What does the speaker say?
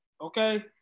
okay